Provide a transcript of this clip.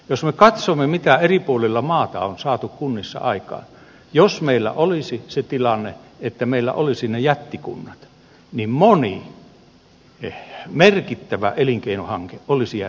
jos me katsomme mitä eri puolilla maata on saatu kunnissa aikaan jos meillä olisi se tilanne että meillä olisi ne jättikunnat niin moni merkittävä elinkeinohanke olisi jäänyt toteuttamatta